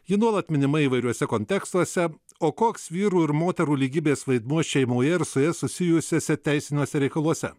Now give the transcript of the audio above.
ji nuolat minima įvairiuose kontekstuose o koks vyrų ir moterų lygybės vaidmuo šeimoje ir su ja susijusiuose teisiniuose reikaluose